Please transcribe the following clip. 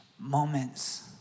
moments